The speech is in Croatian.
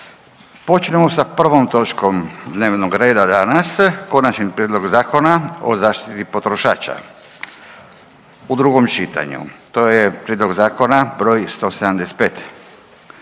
Počinjemo sa prvom točkom dnevnog reda danas: - Konačni prijedlog Zakona o zaštiti potrošača, drugo čitanje, P.Z.E. br. 175;